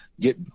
get